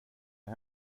jag